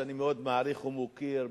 שאני מאוד מעריך ומוקיר,